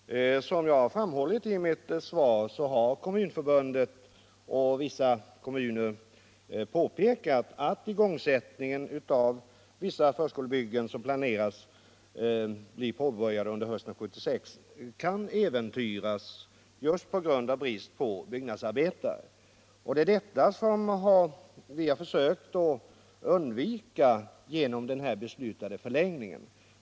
Herr talman! Som jag har framhållit i mitt svar har Kommunförbundet och vissa kommuner påpekat att igångsättningen av vissa förskolebyggen, som planeras bli påbörjade under hösten 1976, kan äventyras på grund av brist på byggnadsarbetare. Det är detta som vi har försökt undvika genom den beslutade förlängningen.